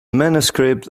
manuscript